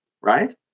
right